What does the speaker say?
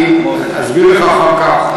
אני אסביר לך אחר כך,